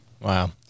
Wow